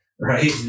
Right